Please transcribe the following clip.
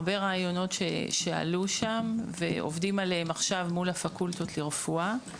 הרבה רעיונות שעלו שם ועובדים עליהם עכשיו מול הפקולטות לרפואה.